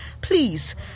please